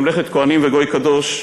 כממלכת כוהנים וגוי קדוש,